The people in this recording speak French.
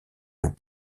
vous